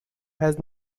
has